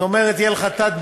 זאת אומרת, יהיה לך תת-ביטוח.